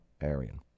Arian